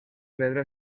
pedra